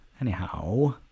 anyhow